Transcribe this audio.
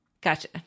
Gotcha